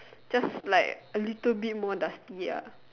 just like a little bit more dusty ah